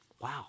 Wow